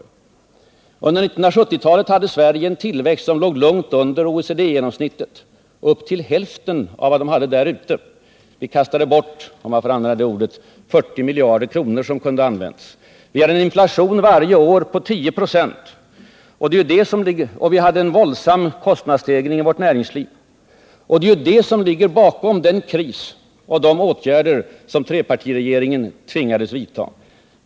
Under hela 1970-talet hade Sverige en tillväxt som låg långt under OECD genomsnittet — i vissa fall endast hälften av OECD-ländernas tillväxt. Vi kastade bort — om jag får använda de orden — 40 miljarder kronor. Vi hade efter 1973 varje år en inflation på 10 96, och vi hade en våldsam kostnadsstegring i vårt näringsliv. Det är detta som ligger bakom krisen och de åtgärder som trepartiregeringen tvingades vidta.